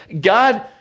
God